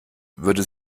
würde